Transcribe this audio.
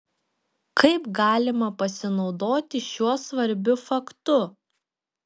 kaip galima pasinaudoti šiuo svarbiu faktu